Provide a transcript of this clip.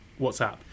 WhatsApp